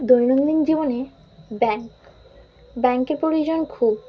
দৈনন্দিন জীবনে ব্যাঙ্ক ব্যাঙ্কের প্রয়োজন খুব